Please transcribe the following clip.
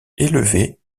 élevés